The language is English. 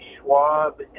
Schwab